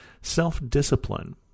self-discipline